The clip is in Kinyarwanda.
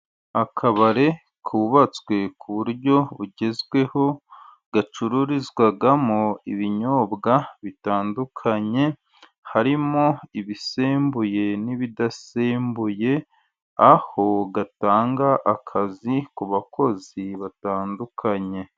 Akabari kubatswe ku buryo bugezweho, gacururizwamo ibinyobwa bitandukanye, harimo ibisembuye n'ibidasembuye, aho gatanga akazi ku bakozi batandukanye.